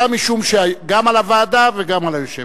גם על הוועדה וגם על היושבת-ראש.